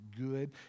good